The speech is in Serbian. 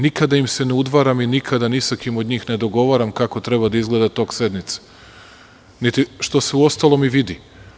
Nikada im se ne udvaram i nikada ni sa kim od njih ne dogovaram kako treba da izgleda tok sednice, što se uostalom i vidi.